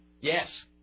Yes